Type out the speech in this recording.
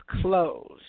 closed